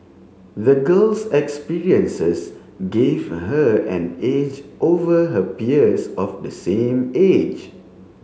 the girl's experiences gave her an edge over her peers of the same age